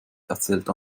erzählte